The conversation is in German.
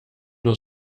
nur